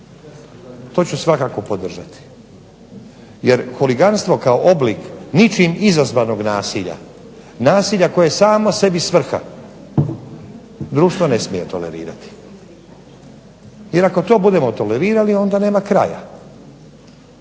To ću svakako podržati, jer huliganstvo kao oblik ničim izazvanog nasilja, nasilja koje je samo sebi svrha društvo ne smije tolerirati. Jer ako to budemo tolerirali onda nema kraja.